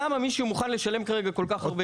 למה מישהו מוכן לשלם כל כך הרבה?